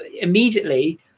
immediately